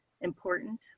important